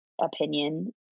opinion